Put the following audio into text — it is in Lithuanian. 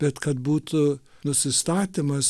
bet kad būtų nusistatymas